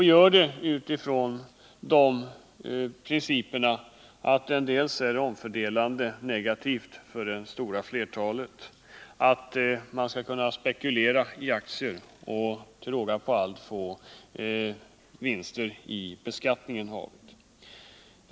Vi gör det utifrån ståndpunkterna att sparformen leder till fördelningspolitiskt negativa effekter för det stora flertalet och att det är fel att man skall kunna spekulera i aktier och till råga på allt få vinster i beskattningen av det.